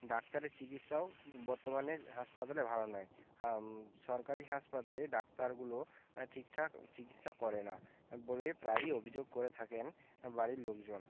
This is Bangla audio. ডাক্তারের চিকিৎসাও বর্তমানের হাসপাতালে ভালো নয় সরকারি হাসপাতালে ডাক্তারগুলো ঠিকঠাক চিকিৎসা করে না বলে প্রায়ই অভিযোগ করে থাকেন বাড়ির লোকজন